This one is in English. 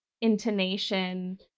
intonation